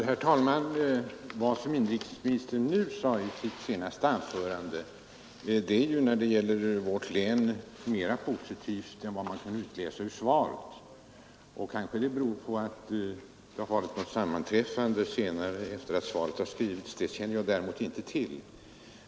Herr talman! Vad inrikesministern nu sade i sitt senaste anförande är norrlands län, ju när det gäller vårt län mera positivt än man kunde utläsa ur svaret. Det Ru: HE kanske beror på att det varit ett sammanträffande efter det att svaret har skrivits. Men det känner jag inte till.